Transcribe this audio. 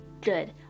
Good